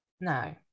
no